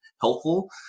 helpful